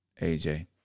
AJ